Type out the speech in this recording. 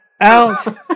Out